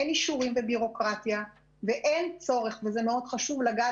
אין אישורים ובירוקרטיה ואין צורך זה מאוד חשוב לגעת